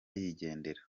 yigendera